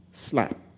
Slap